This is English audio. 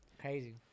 Crazy